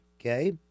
Okay